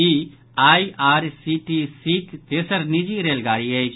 ई आईआरसीटीसीक तेसर निजी रेलगाड़ी अछि